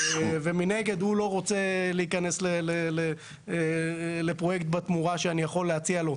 ומנגד הוא לא רוצה להיכנס לפרויקט בתמורה שאני יכול להציע לו,